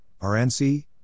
RNC